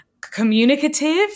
communicative